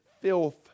filth